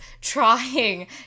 trying